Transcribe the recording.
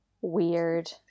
Weird